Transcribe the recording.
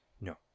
no